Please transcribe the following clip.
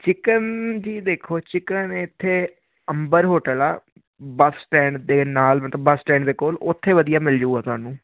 chicken ਦੀ ਦੇਖੋ chicken ਇੱਥੇ ਅੰਬਰ ਹੋਟਲ ਆ ਬੱਸ ਸਟੈਂਡ ਦੇ ਨਾਲ ਮਤਲਬ ਬੱਸ ਸਟੈਂਡ ਦੇ ਕੋਲ ਉੱਥੇ ਵਧੀਆ ਮਿਲਜੂਗਾ ਤੁਹਾਨੂੰ